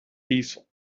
diesel